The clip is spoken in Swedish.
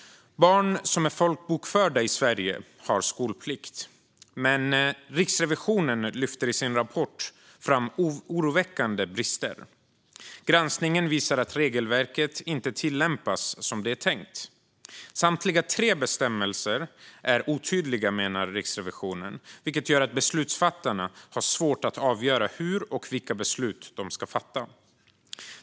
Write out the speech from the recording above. Barn som är folkbokförda i Sverige har skolplikt, men Riksrevisionen lyfter i sin rapport fram oroväckande brister. Granskningen visar att regelverket inte tillämpas som det är tänkt. Samtliga tre bestämmelser är otydliga, menar Riksrevisionen, vilket gör att beslutsfattarna har svårt att avgöra hur de ska besluta och vilka beslut de ska fatta.